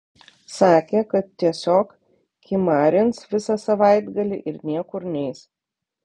sakė kad tiesiog kimarins visą savaitgalį ir niekur neis